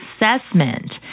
assessment